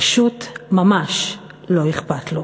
פשוט ממש לא אכפת לו.